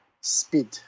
Speed